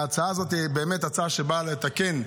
ההצעה הזאת באמת באה לתקן.